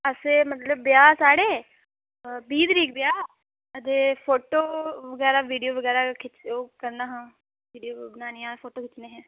असें मतलब ब्याह् साढ़े बीह् तरीक ब्याह् ऐ आं ते फोटो बगैरा वीडियो बगैरा खिंच् ओह् करना हां वीडियो बनानियां हियां फोटो खिच्चने हे